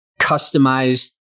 customized